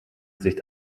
sicht